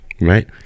right